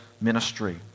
ministry